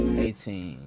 eighteen